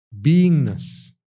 beingness